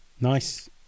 nice